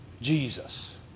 jesus